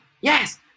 yes